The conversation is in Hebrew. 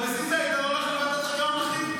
ועל בסיס זה היית הולך לוועדת חקירה ממלכתית?